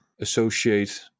associate